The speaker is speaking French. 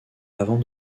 avant